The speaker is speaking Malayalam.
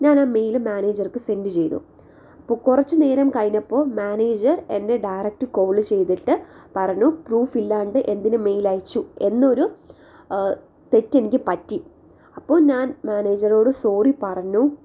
ഞാനാ മെയില് മാനേജർക്ക് സെൻഡ് ചെയ്തു അപ്പോൾ കുറച്ച് നേരം കഴിഞ്ഞപ്പോൾ മാനേജർ എന്നെ ഡയറക്റ്റ് കോള് ചെയ്തിട്ട് പറഞ്ഞു പ്രൂഫില്ലാണ്ട് എന്തിന് മെയിലയച്ചു എന്നൊരു തെറ്റെനിക്ക് പറ്റി അപ്പോൾ ഞാൻ മാനേജറോട് സോറി പറഞ്ഞു